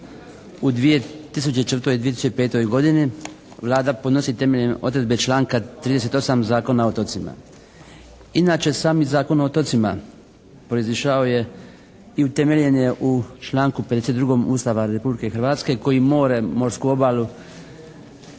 u 2004. i 2005. godini Vlada podnosi temeljem odredbe članka 38. Zakona o otocima. Inače sami Zakon o otocima proizišao je i utemeljen je u članku 52. Ustava Republike Hrvatske koji more, morsku obalu,